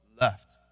left